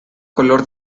color